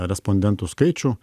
respondentų skaičių